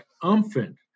triumphant